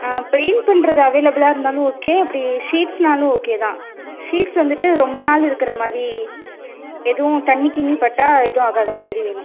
paint பண்ணுறது அவைலபிளாக இருந்தாலும் ஓகே அப்படி ஷீட்ஸ்னாலும் ஓகே தான் ஷீட்ஸ் வந்துட்டு ரொம்ப நாள் இருக்குற மாதிரி எதுவும் தண்ணி கிண்ணி பட்டால் எதுவும் ஆகாத மாதிரி வேணும்